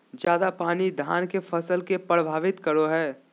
ज्यादा पानी धान के फसल के परभावित करो है?